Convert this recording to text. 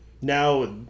now